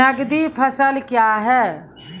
नगदी फसल क्या हैं?